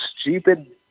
stupid